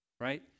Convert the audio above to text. right